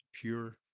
pure